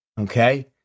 okay